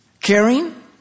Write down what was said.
caring